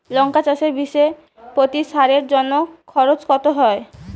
লঙ্কা চাষে বিষে প্রতি সারের জন্য খরচ কত হয়?